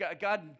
God